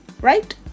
Right